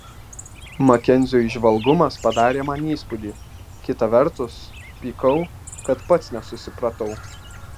makenzio įžvalgumas padarė man įspūdį kita vertus pykau kad pats nesusipratau